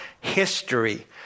history